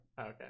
Okay